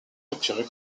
capturés